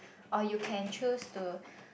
or you can choose to